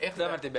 לא הבנתי.